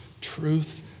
truth